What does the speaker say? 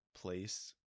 place